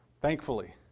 thankfully